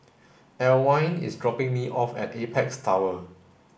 Alwine is dropping me off at Apex Tower